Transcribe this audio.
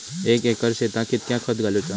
एक एकर शेताक कीतक्या खत घालूचा?